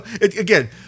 Again